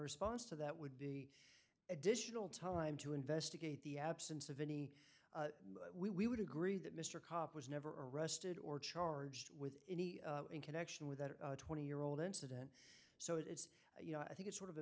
response to that would be additional time to investigate the absence of any we would agree that mr kopp was never arrested or charged with any in connection with that twenty year old incident so it's you know i think it's sort of a